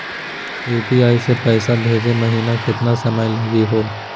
UPI स पैसवा भेजै महिना केतना समय लगही हो?